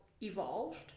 evolved